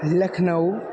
Lucknow